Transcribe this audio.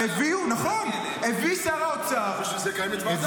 בשביל זה קיימת ועדה.